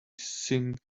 sing